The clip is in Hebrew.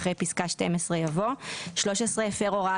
"אחרי פסקה (12) יבוא: "(13) הפר הוראה